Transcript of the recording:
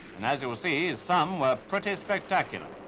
and as you will see, some were pretty spectacular.